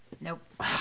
nope